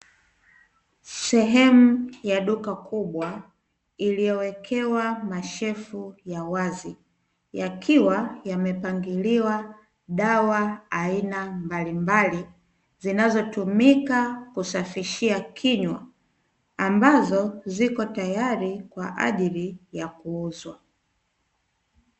Sehemu ya duka kubwa, iliyowekewa mashelfu ya wazi yakiwa yamepangiliwa dawa aina mbalimbali, zinazotumika kusafishia kinywa, ambazo ziko tayari kwa ajili ya kuuzwa.